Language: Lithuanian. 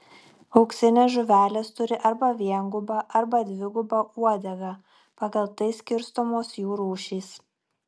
auksinės žuvelės turi arba viengubą arba dvigubą uodegą pagal tai skirstomos jų rūšys